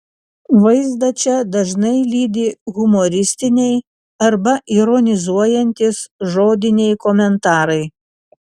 vaizdą čia dažnai lydi humoristiniai arba ironizuojantys žodiniai komentarai